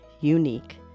unique